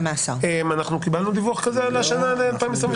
קיבלנו דיווח כזה ל-2022?